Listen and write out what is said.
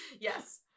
Yes